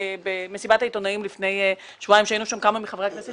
במסיבת העיתונאים לפני שבועיים היינו כמה מחברי הכנסת